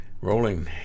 rolling